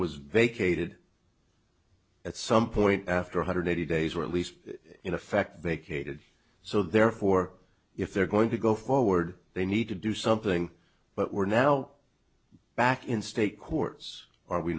was vacated at some point after one hundred eighty days or at least in effect vacated so therefore if they're going to go forward they need to do something but we're now back in state courts are we